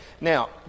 now